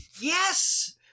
Yes